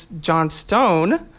Johnstone